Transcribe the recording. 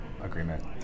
agreement